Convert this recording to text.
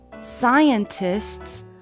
Scientists